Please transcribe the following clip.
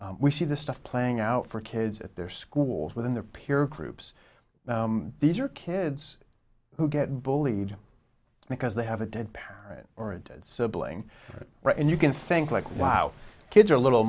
c we see this stuff playing out for kids at their schools within their peer groups these are kids who get bullied because they have a dead parent or a dead sibling right and you can think like wow kids are little